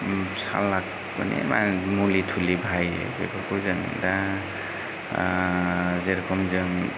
salad माने मुलि थुलि बाहायो बेफोरखौ जों दा जेरखम जों